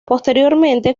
posteriormente